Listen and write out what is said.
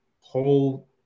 whole